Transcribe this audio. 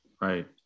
right